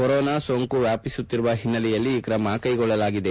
corona ಸೋಂಕು ವ್ಯಾಪಿಸುತ್ತಿರುವ ಹಿನ್ನೆಲೆಯಲ್ಲಿ ಈ ಕ್ರಮ ಕೈಗೊಳ್ಳಲಾಗಿದೆ